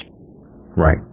Right